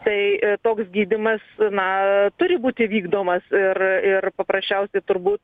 tai toks gydymas na turi būti vykdomas ir ir paprasčiausiai turbūt